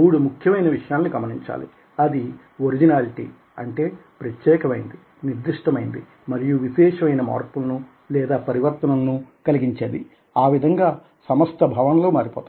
3 ముఖ్యమైన విషయాలను గమనించాలి అది ఒరిజినాలిటీ అంటే ప్రత్యేకమైనది నిర్దిష్టమైనది మరియు విశేషమైన మార్పులను లేదా పరివర్తనలను కలిగించేది ఆ విధంగా సమస్త భావనలు మారిపోతాయి